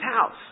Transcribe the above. house